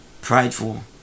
prideful